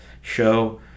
show